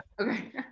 Okay